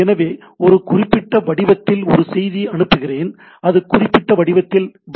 எனவே ஒரு குறிப்பிட்ட வடிவத்தில் ஒரு செய்தியை அனுப்புகிறேன் அது ஒரு குறிப்பிட்ட வடிவத்தில் பதிலளிக்கும்